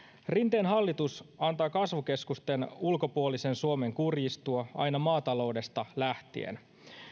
rinteen hallitus antaa kasvukeskusten ulkopuolisen suomen kurjistua aina maataloudesta lähtien